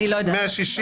נמשיך.